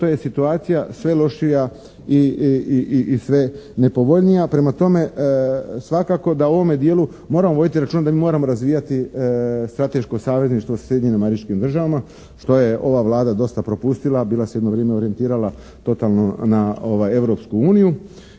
to je situacija sve lošija i sve nepovoljnija. Prema tome, svakako da u ovome dijelu moramo voditi računa da mi moramo razvijati strateško savezništvo sa Sjedinjenim Američkim Državama što je ova Vlada dosta propustila, bila se jedno vrijeme orijentirala totalno na Europsku uniju